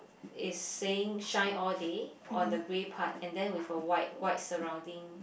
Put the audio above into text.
is saying shine all day on the grey part and then with a white white surrounding